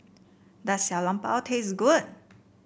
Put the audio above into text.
does Xiao Long Bao taste good